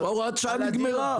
הוראת השעה נגמרה.